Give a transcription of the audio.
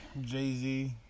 Jay-Z